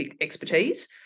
expertise